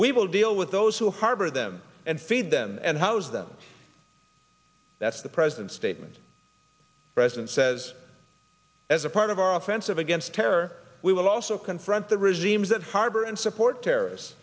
we will deal with those who harbor them and feed them and how's that that's the president's statement president says as a part of our offensive against terror we will also confront the regimes that harbor and support terrorists